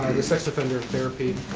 the sex offender therapy,